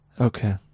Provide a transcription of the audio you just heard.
Okay